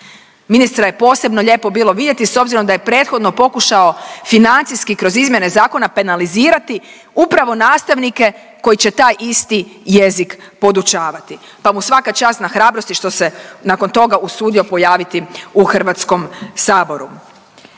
Ministra je posebno lijepo bilo vidjeti s obzirom da je prethodno pokušao financijski kroz izmjene zakona penalizirati upravo nastavnike koji će taj isti jezik podučavati, pa mu svaka čast na hrabrosti što se nakon toga usudio pojaviti u HS.